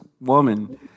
woman